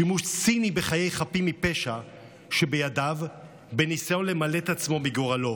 שימוש ציני בחיי חפים מפשע שבידיו בניסיון למלט את עצמו מגורלו.